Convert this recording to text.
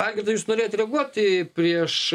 algirdai jūs norėjote reaguoti prieš